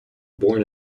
born